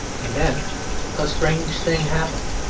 and then a strange thing happened.